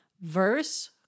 Verse